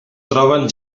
troben